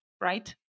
right